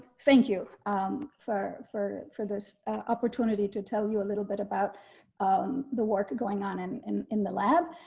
thank you um for for for this opportunity to tell you a little bit about um the work going on and and in the lab.